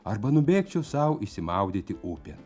arba nubėgčiau sau išsimaudyti upėn